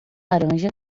laranja